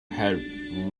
had